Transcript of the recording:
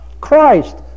Christ